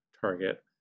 target